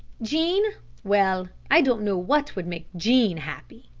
jean well, i don't know what would make jean happy.